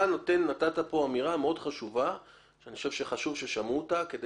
אתה נתת כאן אמירה מאוד חשובה ואני חושב שחשוב ששמעו אותה כד